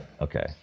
Okay